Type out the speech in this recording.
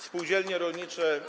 Spółdzielnie rolnicze.